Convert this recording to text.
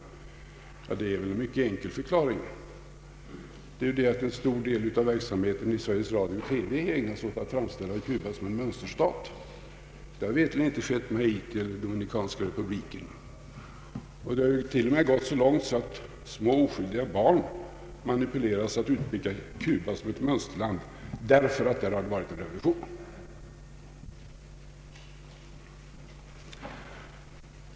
Ja, det finns en mycket enkel förklaring. En stor del av verksamheten i Sveriges Radio och TV ägnas åt att framställa Cuba som en mönsterstat. Det har veterligen icke skett med Haiti och Dominikanska republiken. Det har till och med gått så långt att små oskyldiga barn manipuleras att utpeka Cuba som ett mönsterland därför att det har varit en revolution där.